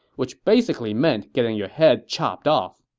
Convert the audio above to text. which basically meant getting your head chopped off.